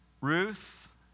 Ruth